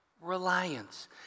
Reliance